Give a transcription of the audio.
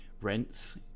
Rents